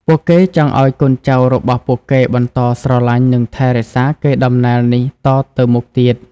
ពួកគេចង់ឱ្យកូនចៅរបស់ពួកគេបន្តស្រឡាញ់និងថែរក្សាកេរដំណែលនេះតទៅមុខទៀត។